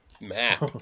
map